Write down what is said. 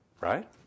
right